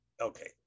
okay